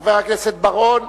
חבר הכנסת בר-און,